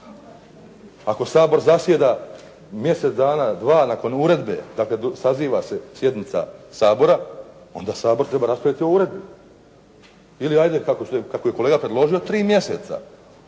Ako Sabor zasjeda mjesec dana, dva nakon uredbe, dakle saziva se sjednica Sabora onda Sabor treba raspraviti o uredbi. Ili ajde kako je kolega predložio, tri mjeseca